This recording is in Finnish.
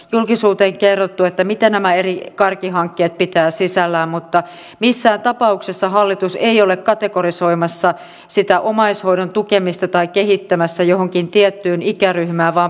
julkisuuteen kerrottu että mitä nämä eri kaikki hankkeet pitää tuotantokannustinjärjestelmän tulisi olla riittävän suuri ja pysyvä jotta se olisi uskottava ja vaikuttava päätettäessä näiden hankkeiden sijoittumisesta